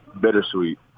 bittersweet